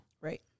Right